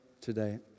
today